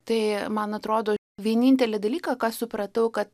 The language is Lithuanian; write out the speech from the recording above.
tai man atrodo vienintelį dalyką ką supratau kad